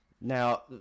Now